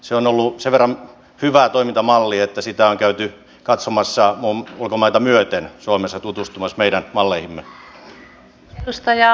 se on ollut sen verran hyvä toimintamalli että sitä on käyty katsomassa ulkomaita myöten on käyty suomessa tutustumassa meidän malleihimme